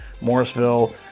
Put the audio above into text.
Morrisville